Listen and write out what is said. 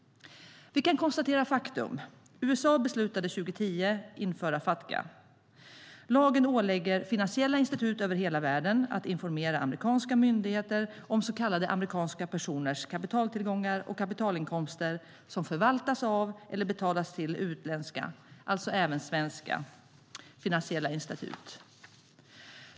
Vi kan konstatera faktum: USA beslutade 2010 att införa Fatca. Lagen ålägger finansiella institut över hela världen att informera amerikanska myndigheter om så kallade amerikanska personers kapitaltillgångar och kapitalinkomster som förvaltas av eller betalas till utländska, alltså även svenska, finansiella institut.